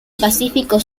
pacífico